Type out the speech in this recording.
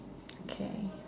okay